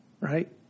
Right